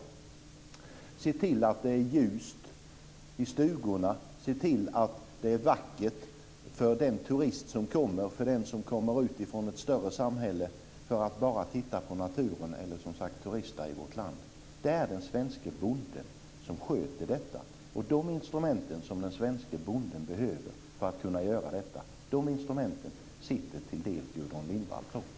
Jordbruksföretaget ser till att det är ljust i stugorna och att det är vackert för den turist som kommer - för den som kommer ut från ett större samhälle för att bara titta på naturen eller turista i vårt land. Det är den svenska bonden som sköter detta, och de instrument som den svenska bonden behöver för att kunna göra det sitter till en del Gudrun